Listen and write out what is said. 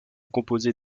composer